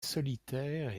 solitaire